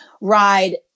ride